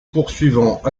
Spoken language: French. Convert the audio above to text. poursuivants